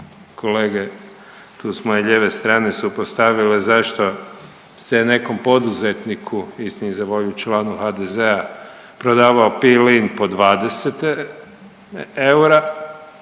kolege tu s moje lijeve strane su postavile zašto se nekom poduzetniku, istini za volju članu HDZ-a prodavao plin za 20 eura,